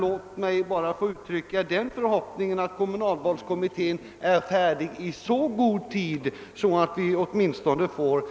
Låt mig endast få uttrycka den förhoppningen att kommunalvalskommittén kommer att vara färdig i så god tid att vi får en bättre tingens ordning åtminstone vid 1973 års val.